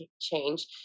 change